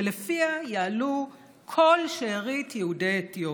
שלפיה יעלו כל שארית יהודי אתיופיה.